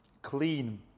clean